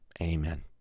amen